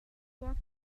walked